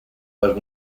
per